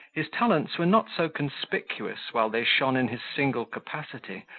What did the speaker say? his talents were not so conspicuous while they shone in his single capacity,